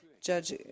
Judge